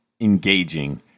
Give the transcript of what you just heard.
engaging